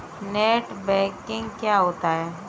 Net banking क्या होता है?